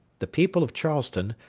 the people of charleston,